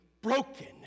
broken